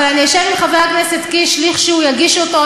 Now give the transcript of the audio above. אבל אשב עם חבר הכנסת קיש לכשהוא יגיש אותו,